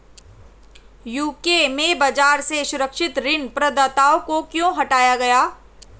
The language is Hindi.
यू.के में बाजार से सुरक्षित ऋण प्रदाताओं को क्यों हटाया गया?